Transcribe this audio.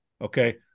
Okay